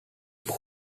vote